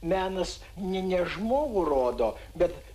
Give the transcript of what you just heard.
menas ne ne žmogų rodo bet